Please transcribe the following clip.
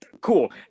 cool